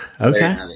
Okay